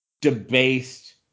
debased